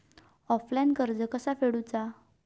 Offline कर्ज कसा फेडूचा?